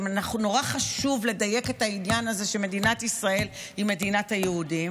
נורא חשוב לדייק את העניין הזה שמדינת ישראל היא מדינת היהודים,